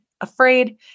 afraid